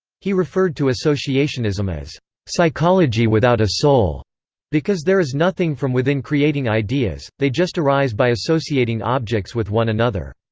he referred to associationism as psychology without a soul because there is nothing from within creating ideas they just arise by associating objects with one another.